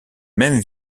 mêmes